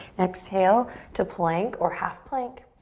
exhale to plank or half plank.